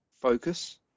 focus